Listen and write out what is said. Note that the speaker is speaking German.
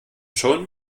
schon